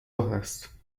است